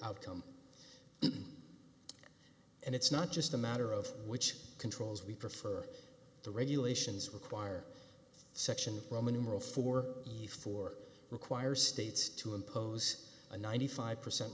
outcome and it's not just a matter of which controls we prefer the regulations require section roman numeral for you for require states to impose a ninety five percent